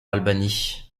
albany